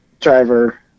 driver